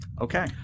Okay